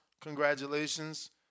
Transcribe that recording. Congratulations